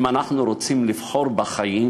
אם אנחנו רוצים לבחור בחיים,